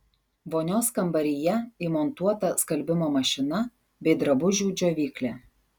vonios kambaryje įmontuota skalbimo mašina bei drabužių džiovyklė